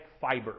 fiber